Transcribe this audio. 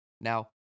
Now